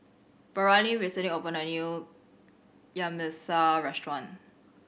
Braylen recently opened a new Yamgyeopsal restaurant